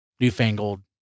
Newfangled